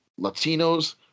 Latinos